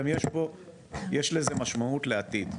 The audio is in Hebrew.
גם יש לזה משמעות לעתיד,